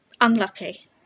unlucky